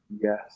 yes